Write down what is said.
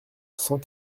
cent